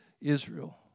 Israel